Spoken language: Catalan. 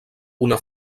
una